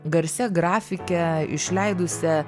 garsia grafike išleidusia